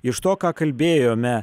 iš to ką kalbėjome